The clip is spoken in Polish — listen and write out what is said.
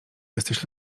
jesteś